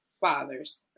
fathers